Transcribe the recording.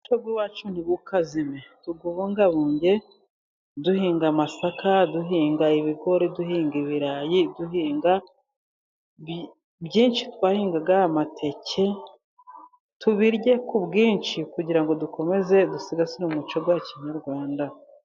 Umuco w'iwacu ntukazime, tuwubungabunge duhinga amasaka, duhinga ibigori, duhinga ibirayi, duhinga byinshi, twahingaga amateke, tubirye ku bwinshi, kugira ngo dukomeze dusigasire umuco wa kinyarwanda.